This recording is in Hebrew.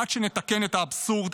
עד שנתקן את האבסורד,